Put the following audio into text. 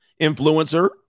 Influencer